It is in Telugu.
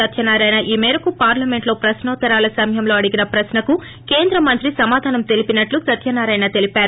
సత్యనారాయణ ఈ మేరకు పార్లమెంట్ లో ప్రక్సోత్త రాల సమయంలో అడిగిన ప్రశ్న కు కేంద్ర మంత్రి సమాధానం తెలిపినట్లు సత్వనారాయణ తెలిపారు